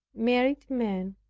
married men,